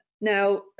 Now